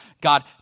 God